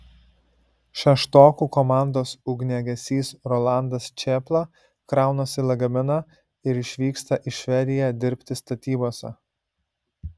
šeštokų komandos ugniagesys rolandas čėpla kraunasi lagaminą ir išvyksta į švediją dirbti statybose